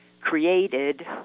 created